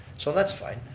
so that's fine,